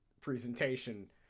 presentation